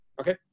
Okay